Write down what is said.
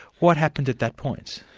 what happened at that point?